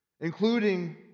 including